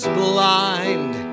blind